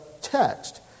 text